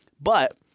But-